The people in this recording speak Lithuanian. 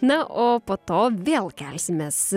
na o po to vėl kelsimės